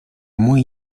muy